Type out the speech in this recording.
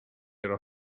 era